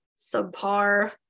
subpar